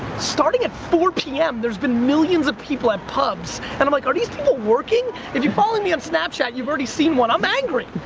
starting at four pm, there's been millions of people at pubs, and, i'm like, are these people working? if you follow me on snapchat, you've already seen what, i'm angry.